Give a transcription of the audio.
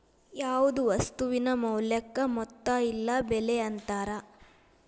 ಯಾವ್ದ್ ವಸ್ತುವಿನ ಮೌಲ್ಯಕ್ಕ ಮೊತ್ತ ಇಲ್ಲ ಬೆಲೆ ಅಂತಾರ